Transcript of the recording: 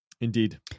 Indeed